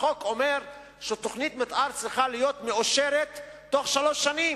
החוק אומר שתוכנית מיתאר צריכה להיות מאושרת בתוך שלוש שנים,